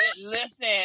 listen